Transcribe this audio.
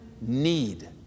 need